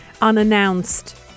unannounced